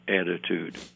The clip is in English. attitude